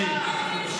תקשיבי,